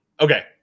Okay